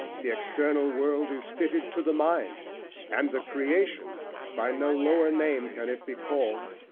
the external world is fitted to the mind and the creation, by no lower name can it be called,